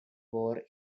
war